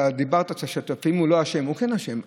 דיברת על אם הוא לא אשם, הוא כן אשם.